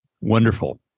Wonderful